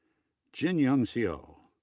jin young seo,